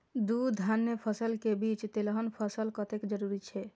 दू धान्य फसल के बीच तेलहन फसल कतेक जरूरी छे?